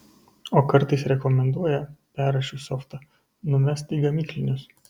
o kartais rekomenduoja perrašius softą numest į gamyklinius